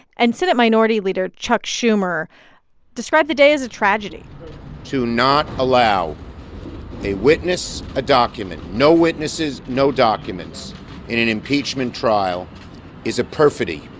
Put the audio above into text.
and senate minority leader chuck schumer described the day as a tragedy to not allow a witness, a document no witnesses, no documents in an impeachment trial is a perfidy.